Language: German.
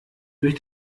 durch